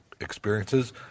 experiences